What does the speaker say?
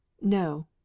no